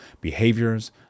behaviors